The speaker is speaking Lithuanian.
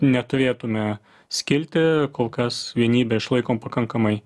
neturėtume skilti kol kas vienybę išlaikom pakankamai